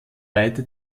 weite